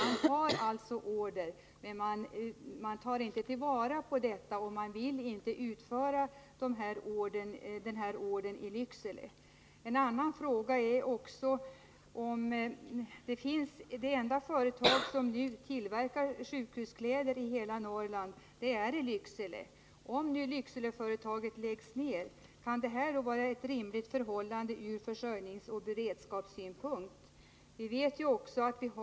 Man har alltså order, men man tar inte vara på detta och man vill inte göra den tillverkningen i Lycksele. Det enda företag som nu tillverkar sjukhuskläder i Norrland är detta företag i Lycksele. Är det ur försörjningsoch beredskapssynpunkt rimligt att Lyckseleföretaget läggs ner?